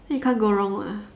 then you can't go wrong lah